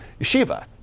yeshiva